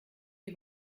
die